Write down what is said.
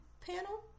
panel